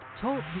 Talk